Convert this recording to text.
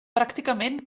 pràcticament